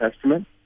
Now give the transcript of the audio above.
testament